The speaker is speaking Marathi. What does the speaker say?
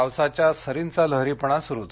पावसाच्या सरींचा लहरीपणा सुरुच